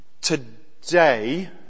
today